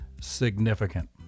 significant